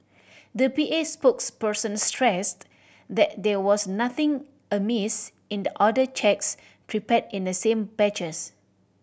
the P A spokesperson stressed that there was nothing amiss in the other cheques prepared in the same batches